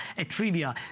a trivia.